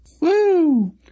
Woo